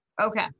okay